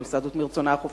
שהיא עושה זאת מרצונה החופשי.